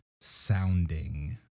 sounding